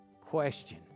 question